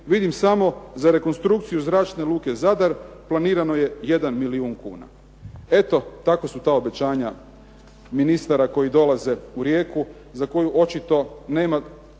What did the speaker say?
Vidim samo za rekonstrukciju Zračne luke Zadar, planirano je 1 milijun kuna. Eto tako su ta obećanja ministara koji dolaze u Rijeku za koju očito nema